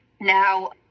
Now